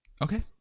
Okay